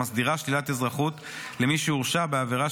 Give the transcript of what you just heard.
המסדירה שלילת אזרחות למי שהורשע בעבירה